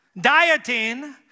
Dieting